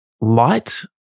light